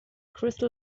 crystal